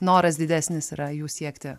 noras didesnis yra jų siekti